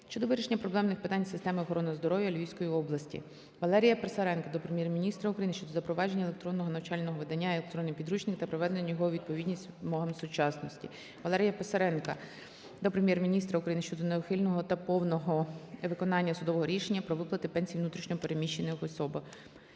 щодо вирішення проблемних питань системи охорони здоров'я Львівської області. Валерія Писаренка до Прем'єр-міністра України щодо впровадження електронного навчального видання "Електронний підручник" та приведення його у відповідність з вимогами сучасності. Валерія Писаренка до Прем'єр-міністра України щодо неухильного та повного виконання судового рішення про виплати пенсій внутрішньо переміщеним особам.